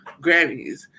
Grammys